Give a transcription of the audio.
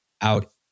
out